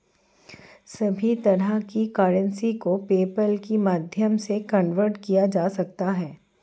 सभी तरह की करेंसी को पेपल्के माध्यम से कन्वर्ट किया जा सकता है